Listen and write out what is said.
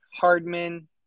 Hardman